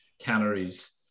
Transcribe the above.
calories